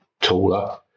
taller